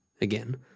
again